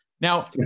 Now